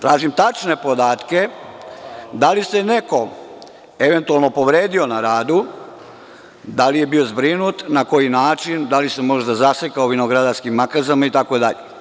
Tražim tačne podatke da li se neko eventualno povredio na radu, da li je bio zbrinut, na koji način, da li se možda zasekao vinogradarskim makazama itd?